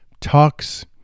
talks